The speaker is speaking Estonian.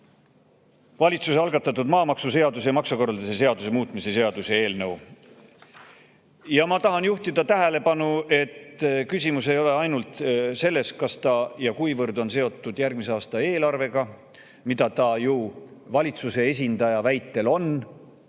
valitsuse algatatud maamaksuseaduse ja maksukorralduse seaduse muutmise seaduse eelnõu. Ma tahan juhtida tähelepanu, et küsimus ei ole ainult selles, kas ja kuivõrd on see seotud järgmise aasta eelarvega, mida ta ju valitsuse esindaja väitel on.